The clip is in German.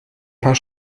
paar